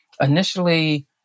initially